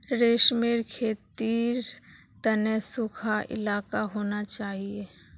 रेशमेर खेतीर तने सुखा इलाका होना चाहिए